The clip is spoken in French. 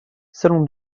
salon